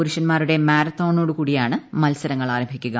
പുരുഷന്മാരുടെ മാരത്തണോടുകൂടിയാണ് ്മത്സരങ്ങൾ ആരംഭിക്കുക